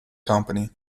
company